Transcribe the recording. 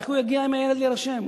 איך הוא יגיע עם הילד להירשם?